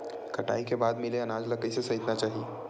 कटाई के बाद मिले अनाज ला कइसे संइतना चाही?